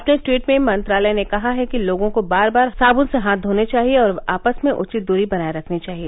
अपने ट्वीट में मंत्रालय ने कहा है कि लोगों को बार बार अपने हाथ साब्न से धोने चाहिए और आपस में उचित दरी बनाए रखनी चाहिए